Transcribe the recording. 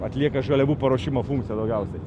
atlieka žaliavų paruošimo funkciją daugiausiai